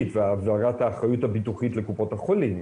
והעברת האחריות הביטוחית לקופות החולים,